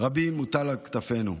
רבים מוטלת על כתפינו.